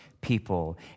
people